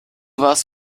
warst